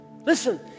Listen